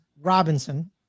Robinson